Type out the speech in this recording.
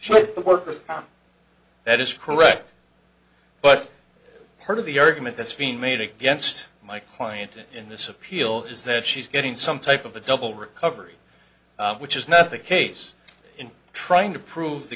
with that is correct but part of the argument that's being made against my client in this appeal is that she's getting some type of a double recovery which is not the case in trying to prove the